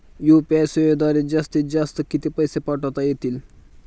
UPI सेवेद्वारे जास्तीत जास्त किती पैसे पाठवता येतील?